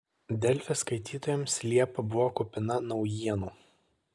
delfi skaitytojams liepa buvo kupina naujienų